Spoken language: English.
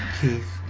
Keith